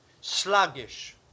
Sluggish